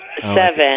Seven